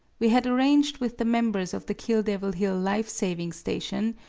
we had arranged with the members of the kill devil hill life saving station,